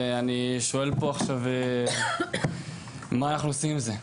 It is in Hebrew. לצערי ואני שואל פה עכשיו מה אנחנו עושים עם זה?